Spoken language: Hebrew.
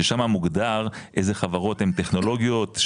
ששמה מוגדר איזה חברות הן טכנולוגיות,